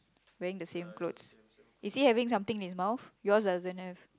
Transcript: wearing the same clothes is he having something in his mouth yours doesn't have